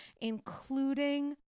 including